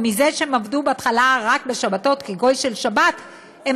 ומזה שהם עבדו בהתחלה רק בשבתות כגוי של שבת הם